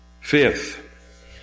Fifth